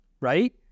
right